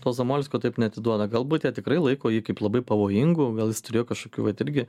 to zamolskio taip neatiduoda galbūt jie tikrai laiko jį kaip labai pavojingu gal jis turėjo kažkokių vat irgi